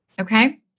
Okay